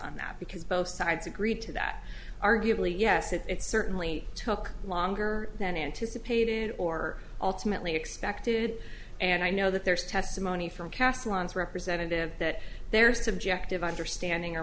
on that because both sides agreed to that arguably yes it certainly took longer than anticipated or ultimately expected and i know that there is testimony from castle and representative that their subjective understanding or